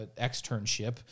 externship